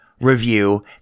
review